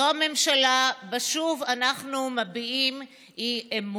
זו הממשלה שבה שוב אנחנו מביעים אי-אמון,